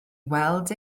weld